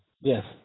Yes